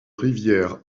rivière